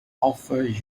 offered